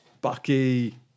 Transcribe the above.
Bucky